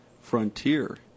frontier